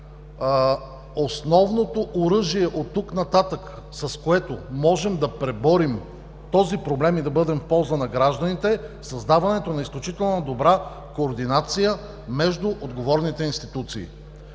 основното оръжие оттук нататък, с което можем да преборим този проблем и да бъдем в полза на гражданите, е създаването на изключително добра координация между отговорните институции.